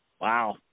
Wow